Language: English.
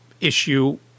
issue